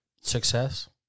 Success